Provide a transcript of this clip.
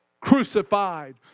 crucified